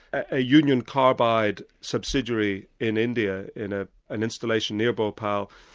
a union carbide subsidiary in india, in ah an installation near bhopal,